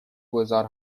گذار